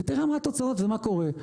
ותראה מה התוצאות ומה קורה.